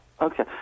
Okay